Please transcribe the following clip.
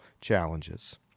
challenges